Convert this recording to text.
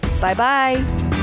Bye-bye